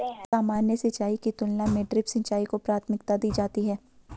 सामान्य सिंचाई की तुलना में ड्रिप सिंचाई को प्राथमिकता दी जाती है